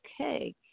Okay